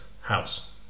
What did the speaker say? house